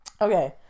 Okay